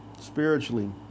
spiritually